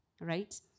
right